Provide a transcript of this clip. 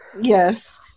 yes